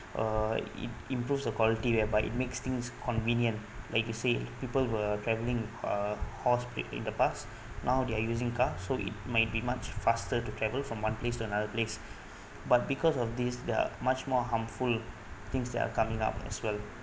uh it improves the quality whereby it makes things convenient like you said people were travelling uh horse carriage in the past now they're using car so it maybe much faster to travel from one place to another place but because of this there are much more harmful things that are coming up as well